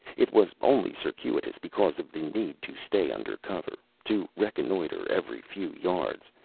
it was only circuitous, because of the need to stay under cover, to reconnoiter every few yards,